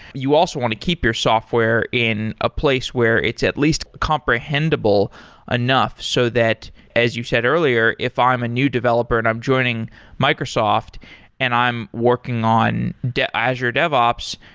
you also want to keep your software in a place where it's at least comprehendible enough so that, as you said earlier, if i'm a new developer and i'm joining microsoft and i'm working on azure devops,